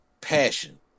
passion